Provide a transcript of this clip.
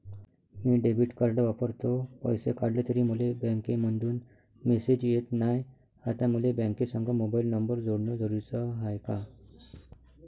मी debit card वापरतो, पैसे काढले तरी मले बँकेमंधून मेसेज येत नाय, आता मले बँकेसंग मोबाईल नंबर जोडन जरुरीच हाय का?